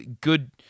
Good